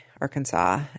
Arkansas